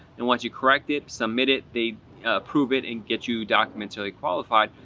and once you correct it, submit it, they approve it, and get you documentarily qualified.